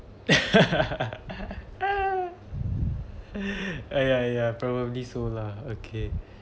uh yeah yeah probably so lah okay